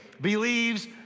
believes